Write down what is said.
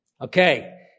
Okay